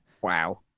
Wow